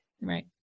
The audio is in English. Right